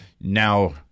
now